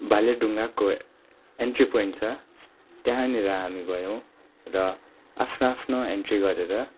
भाले ढुङ्गाको entry point छ त्यहाँनिर हामी गयौँ र आफ्नो आफ्नो एन्ट्री गरेर